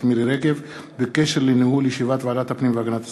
מירי רגב בקשר לניהול ישיבת ועדת הפנים והגנת הסביבה.